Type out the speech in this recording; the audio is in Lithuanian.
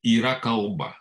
yra kalba